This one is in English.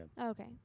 Okay